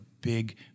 big